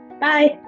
Bye